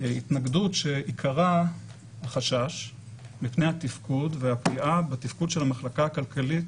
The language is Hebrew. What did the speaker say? התנגדות שעיקרה החשש מפני התפקוד והפגיעה בתפקוד של המחלקה הכלכלית